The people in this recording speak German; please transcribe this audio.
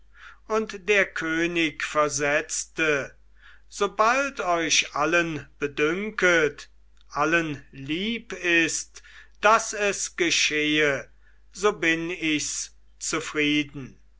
und der könig versetzte sobald euch allen bedünket allen lieb ist daß es geschehe so bin ichs zufrieden